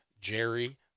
Jerry